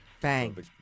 Bang